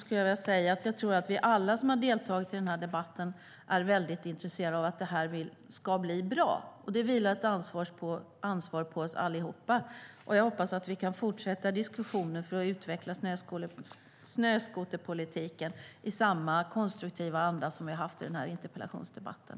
Alla vi som har deltagit i debatten är intresserade av att arbetet ska bli bra. Det vilar ett ansvar på oss alla. Jag hoppas att vi kan fortsätta diskussionen för att utveckla snöskoterpolitiken i samma konstruktiva anda som vi har haft i interpellationsdebatten.